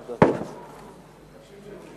בבקשה, חבר הכנסת